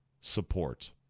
support